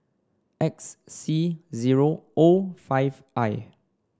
X C zero O five I